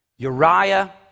Uriah